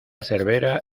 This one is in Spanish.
cervera